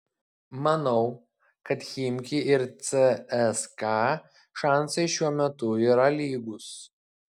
manau kad chimki ir cska šansai šiuo metu yra lygūs